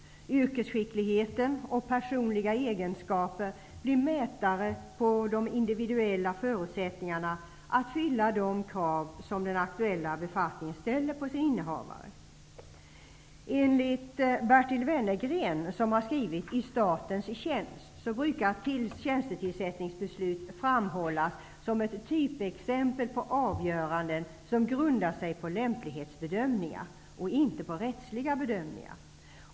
Yrkesskicklighet och personliga egenskaper blir mätare på de individuella förutsättningarna att fylla de krav som den aktuella befattningen ställer på sin innehavare. Enligt Bertil Wennergren, som har skrivit I statens tjänst, brukar tjänstetillsättningsbeslut framhållas som ett typexempel på avgöranden som grundar sig på lämplighetsbedömningar och inte på rättsliga bedömningar.